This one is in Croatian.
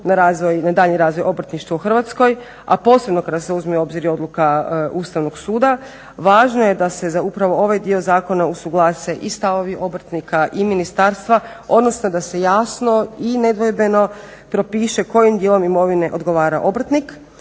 na daljnji razvoj obrtništva u Hrvatskoj, a posebno kada se uzme u obzir i odluka Ustavnog suda. Važno je da se za upravo ovaj dio zakona usuglase i stavovi obrtnika i Ministarstva, odnosno da se jasno i nedvojbeno propiše kojim dijelom imovine odgovara obrtnik